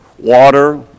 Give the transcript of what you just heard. Water